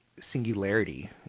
singularity